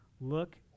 look